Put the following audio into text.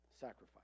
sacrifice